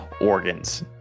organs